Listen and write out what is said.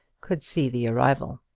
could see the arrival.